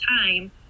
time